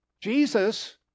Jesus